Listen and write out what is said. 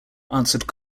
answered